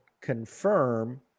confirm